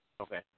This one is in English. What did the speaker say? Okay